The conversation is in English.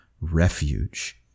refuge